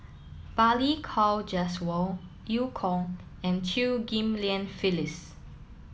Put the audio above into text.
Balli Kaur Jaswal Eu Kong and Chew Ghim Lian Phyllis